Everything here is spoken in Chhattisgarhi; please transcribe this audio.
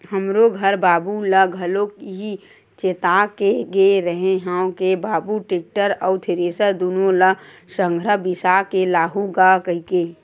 हमरो घर बाबू ल घलोक इहीं चेता के गे रेहे हंव के बाबू टेक्टर अउ थेरेसर दुनो ल संघरा बिसा के लाहूँ गा कहिके